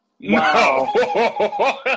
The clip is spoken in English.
Wow